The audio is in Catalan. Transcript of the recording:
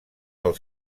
del